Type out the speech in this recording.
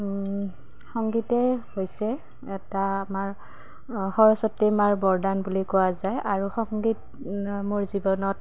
সংগীতেই হৈছে এটা আমাৰ সৰস্বতী মাৰ বৰদান বুলি কোৱা যায় আৰু সংগীত মোৰ জীৱনত